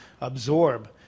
absorb